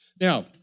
Now